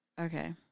Okay